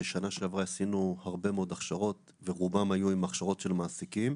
בשנה שעברה עשינו הרבה מאוד הכשרות ורובן היו עם הכשרות של מעסיקים,